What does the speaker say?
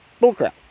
Bullcrap